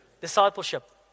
discipleship